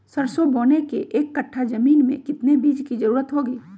सरसो बोने के एक कट्ठा जमीन में कितने बीज की जरूरत होंगी?